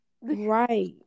Right